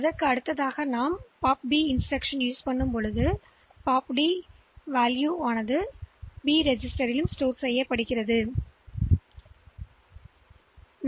எனவே அடுக்கின் மேலிருந்து வரும் மதிப்பு D பதிவேட்டில் சென்று பின்னர் இந்தவைத்திருக்க முடியும் POP B ஐஎனவே இந்த மதிப்பு பி பதிவேட்டில் சேமிக்கப்பட்ட POP D ஆக இருக்கும் நீங்கள்மாற்றினால் ஆர்டர்களை